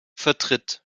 vertritt